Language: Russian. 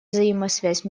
взаимосвязь